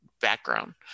background